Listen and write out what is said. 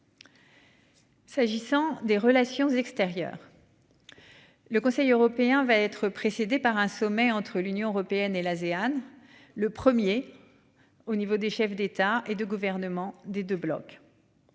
S'agissant des relations extérieures. Le Conseil européen va être précédé par un sommet entre l'Union européenne et l'Asean le premier. Au niveau des chefs d'État et de gouvernement des 2 blocs.